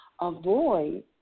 Avoid